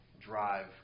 drive